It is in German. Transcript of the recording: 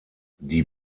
die